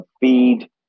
feed